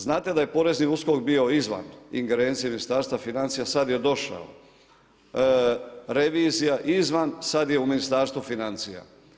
Znate da je porezni USKOK bio izvan ingerencije Ministarstva financija sad je došao revizija izvan, sad je u Ministarstvu financija.